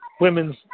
women's